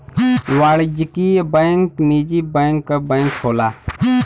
वाणिज्यिक बैंक निजी क्षेत्र क बैंक होला